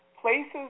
places